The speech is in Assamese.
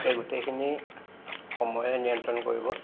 এই গোটেইখিনি সময়ে নিয়ন্ত্ৰণ কৰিব